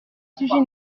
sujet